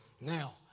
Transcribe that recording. Now